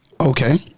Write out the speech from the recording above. Okay